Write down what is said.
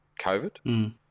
COVID